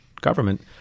government